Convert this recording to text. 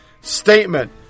Statement